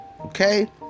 Okay